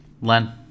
Len